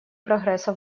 прогресса